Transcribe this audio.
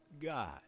God